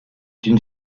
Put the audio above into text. une